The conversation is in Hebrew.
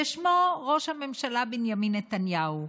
ושמו ראש הממשלה בנימין נתניהו.